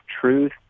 truth